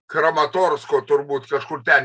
kramatorsko turbūt kažkur ten